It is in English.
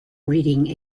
reading